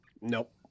Nope